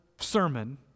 sermon